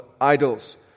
idols